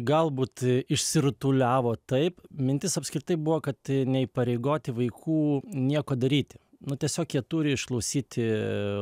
galbūt išsirutuliavo taip mintis apskritai buvo kad neįpareigoti vaikų nieko daryti nu tiesiog turi išklausyti